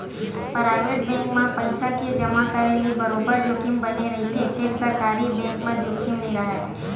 private bank म पइसा के जमा करे ले बरोबर जोखिम बने रहिथे फेर सरकारी बेंक म जोखिम नइ राहय